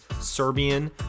serbian